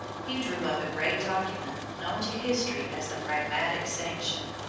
he drew up a great document, known to history as the pragmatic sanction.